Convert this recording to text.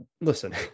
listen